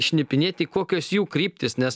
šnipinėti kokios jų kryptis nes